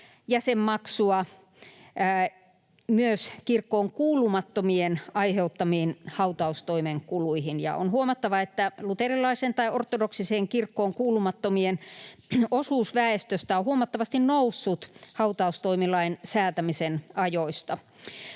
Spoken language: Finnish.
jäsenmaksua, myös kirkkoon kuulumattomien aiheuttamiin hautaustoimen kuluihin. On huomattava, että luterilaiseen tai ortodoksiseen kirkkoon kuulumattomien osuus väestöstä on huomattavasti noussut hautaustoimilain säätämisen ajoista.